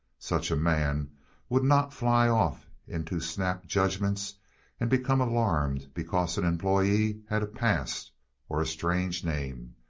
such a man would not fly off into snap judgments and become alarmed because an employee had a past or a strange name.